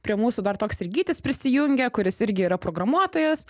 prie mūsų dar toks ir gytis prisijungė kuris irgi yra programuotojas